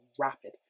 rapid